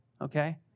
okay